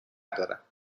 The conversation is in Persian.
دارم